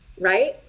right